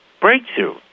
breakthrough